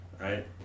right